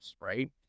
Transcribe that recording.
right